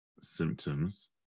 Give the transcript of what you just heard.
symptoms